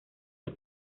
los